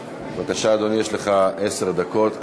בבקשה, אדוני, יש לך עד עשר דקות.